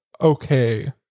okay